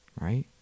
right